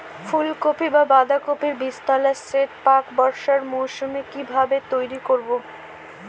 ফুলকপি বা বাঁধাকপির বীজতলার সেট প্রাক বর্ষার মৌসুমে কিভাবে তৈরি করব?